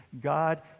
God